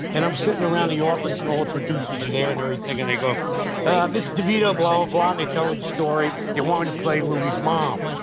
and i'm sitting around the office and all the producers are there and everything, and they go ms. devito, and um they tell her the story, they want her to play louie's mom,